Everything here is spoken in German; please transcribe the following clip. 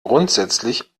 grundsätzlich